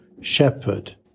shepherd